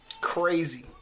Crazy